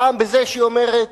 פעם בזה שהיא אומרת: